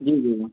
جی جی جی